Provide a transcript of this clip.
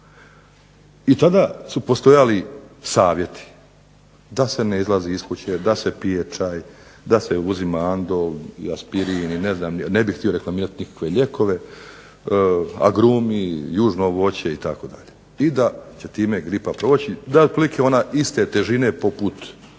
I tada su postojali savjeti da se ne izlazi iz kuće, da se pije čaj, da se uzima Andol i Aspirin i ne znam ni ja, ne bih htio reklamirati nikakve lijekove, agrumi, južno voće itd., i da će time gripa proći, da je otprilike ona iste težine poput obične.